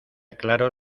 claro